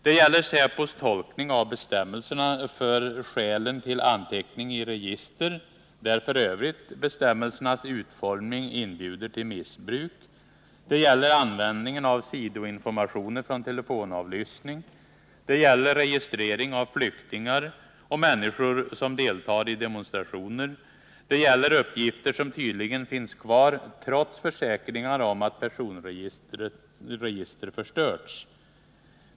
Det gäller säpos tolkning av bestämmelserna för skälen till anteckning i register, där f. ö. bestämmelsernas utformning inbjuder till missbruk. Det gäller användningen av sidoinformationer från telefonavlyssning. Det gäller registrering av flyktingar och människor som deltar i demonstrationer. Det gäller uppgifter som tydligen finns kvar, trots försäkringar om att personregister förstörts.